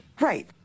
Right